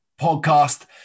podcast